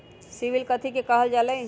CIBIL कथि के काहल जा लई?